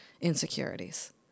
insecurities